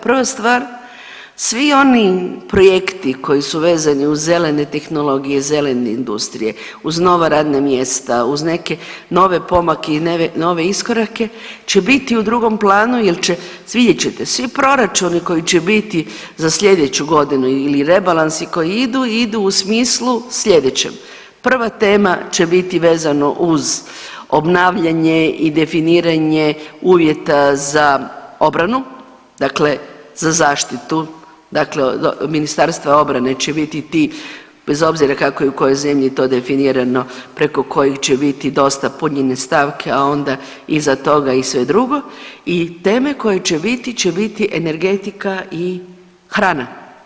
Prva stvar, svi oni projekti koji su vezani uz zelene tehnologije, zelene industrije, uz nova radna mjesta, uz neke nove pomake i nove iskorake će biti u drugom planu jel će vidjet ćete, svi proračuni koji će biti za sljedeću godinu ili rebalansi koji idu, idu u smislu sljedećem, prva tema će biti vezano uz obnavljanje i definiranje uvjeta za obranu, dakle za zaštitu dakle Ministarstvo obrane će biti ti bez obzira kako je i u kojoj zemlje je to definirano preko kojih će biti dosta punjenje stavke, a onda iza toga i sve drugo i teme koje će biti će biti energetika i hrana.